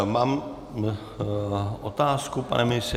Mám otázku, pane ministře.